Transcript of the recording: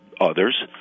others